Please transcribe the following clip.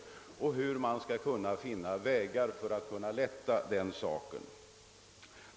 Härvidlag måste man söka finna vägar att förbättra situationen.